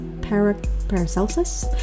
Paracelsus